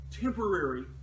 temporary